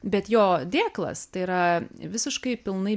bet jo dėklas tai yra visiškai pilnai